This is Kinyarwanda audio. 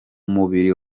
mubiri